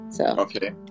Okay